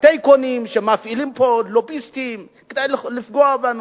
הטייקונים שמפעילים פה לוביסטים כדי לפגוע בנו,